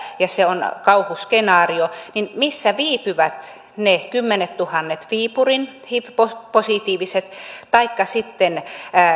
ja se on kauhuskenaario niin missä viipyvät ne kymmenettuhannet viipurin hiv positiiviset taikka sitten